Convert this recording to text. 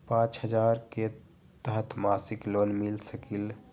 पाँच हजार के तहत मासिक लोन मिल सकील?